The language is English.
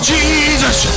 Jesus